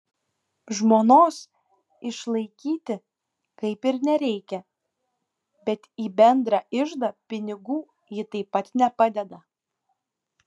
žmonos išlaikyti kaip ir nereikia bet į bendrą iždą pinigų ji taip pat nepadeda